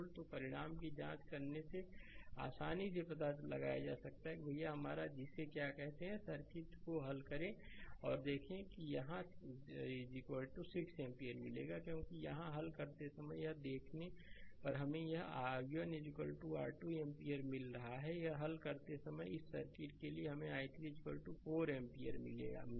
तो परिणाम की जाँच करने से आसानी से पता लगाया जा सकता है कि भैया हमारा जिसे क्या कहते हैं सर्किट को हल करें और देखें कि यहां 6 एम्पीयर मिलेगा क्योंकि यहां हल करते समय यहां से देखने पर हमें यहां i1 r 2 एम्पीयर मिला और यहां हल करते समय इस सर्किट के लिए हमें i3 4 एम्पीयर मिला